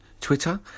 Twitter